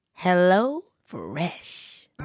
HelloFresh